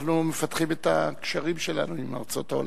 אנחנו מפתחים את הקשרים שלנו עם ארצות העולם.